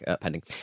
pending